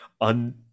on